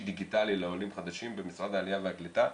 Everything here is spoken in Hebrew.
דיגיטלי לעולים חדשים במשרד העלייה והקליטה,